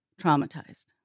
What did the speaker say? traumatized